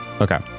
Okay